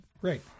Great